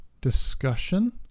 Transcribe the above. discussion